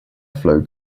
flowed